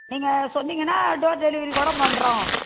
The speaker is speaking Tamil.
நீங்கள் சொன்னிங்கன்னா டோர் டெலிவரி கூட பண்ணுறோம்